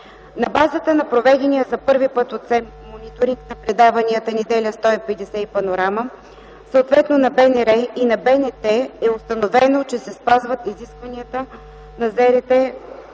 На базата на проведения за първи път от СЕМ мониторинг на предаванията „Неделя 150” и „Панорама”, съответно на БНР и на БНТ, е установено, че се спазват изискванията на ЗРТ